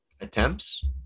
Attempts